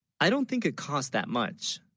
i don't think it cost, that much